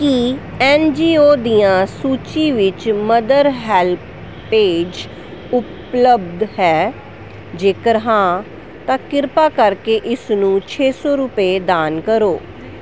ਕੀ N G O ਦੀਆਂ ਸੂਚੀ ਵਿੱਚ ਮਦਰ ਹੈਲ ਪੇਜ ਉਪਲੱਬਧ ਹੈ ਜੇਕਰ ਹਾਂ ਤਾਂ ਕਿਰਪਾ ਕਰਕੇ ਇਸ ਨੂੰ ਛੇ ਸੌ ਰੁਪਏ ਦਾਨ ਕਰੋ